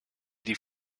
die